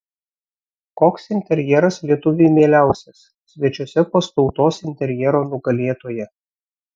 koks interjeras lietuviui mieliausias svečiuose pas tautos interjero nugalėtoją